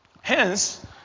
Hence